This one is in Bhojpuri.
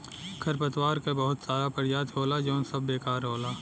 खरपतवार क बहुत सारा परजाती होला जौन सब बेकार होला